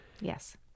Yes